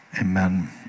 Amen